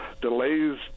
delays